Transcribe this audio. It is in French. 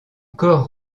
corps